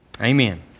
Amen